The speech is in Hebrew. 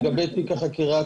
לגבי תיק החקירה,